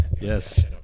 Yes